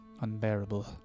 unbearable